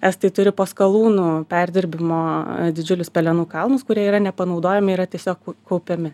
estai turi po skalūnų perdirbimo didžiulius pelenų kalnus kurie yra nepanaudojami yra tiesiog kaupiami